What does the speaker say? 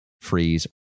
freeze